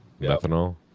methanol